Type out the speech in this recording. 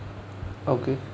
okay